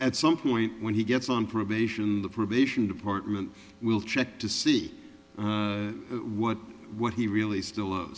at some point when he gets on probation the probation department will check to see what what he really still